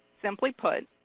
simply put,